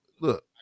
look